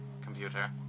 computer